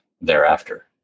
thereafter